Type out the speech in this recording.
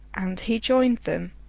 and he joined them,